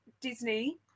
Disney